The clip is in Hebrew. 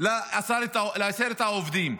לעשרת העובדים.